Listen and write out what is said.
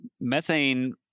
methane